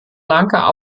lanka